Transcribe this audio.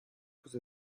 fosse